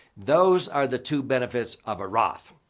those are the two benefits of a roth.